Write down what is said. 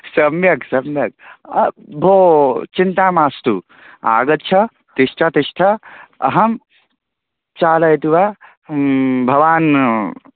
सम्यक् सम्यक् भो चिन्ता मास्तु आगच्छ तिष्ठ तिष्ठ अहं चालयति वा भवान्